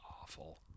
awful